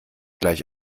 gleich